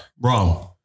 wrong